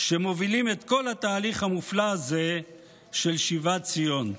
שמובילים את כל התהליך המופלא הזה של שיבת ציון.